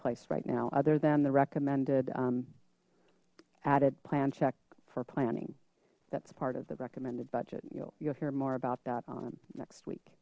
place right now other than the recommended added plan check for planning that's part of the recommended budget you'll you'll hear more about that on next week